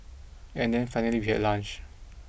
and then finally we had lunch